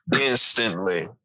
Instantly